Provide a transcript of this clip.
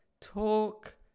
Talk